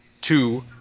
two